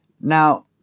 Now